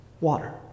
water